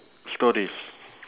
stories